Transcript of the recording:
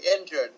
injured